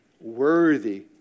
worthy